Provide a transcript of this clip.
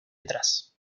atrás